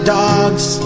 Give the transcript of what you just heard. dogs